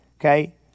Okay